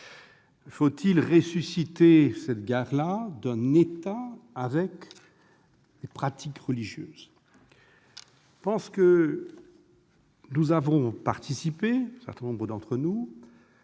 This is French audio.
Faut-il relancer cette guerre d'un État contre des pratiques religieuses ?